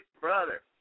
brother